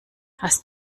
hast